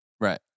Right